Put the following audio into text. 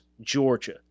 Georgia